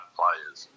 players